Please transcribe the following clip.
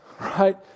right